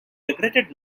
regretted